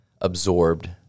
absorbed